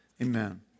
amen